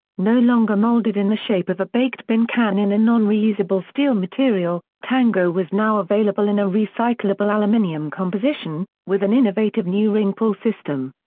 no longer molded in the shape of a baked bean can in a non-reusable steel material, tango was now available in a recyclable aluminium composition, with an innovative new ring-pull system.